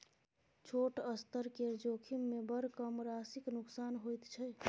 छोट स्तर केर जोखिममे बड़ कम राशिक नोकसान होइत छै